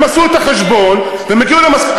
הם עשו את החשבון והם הגיעו למסקנה,